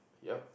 yup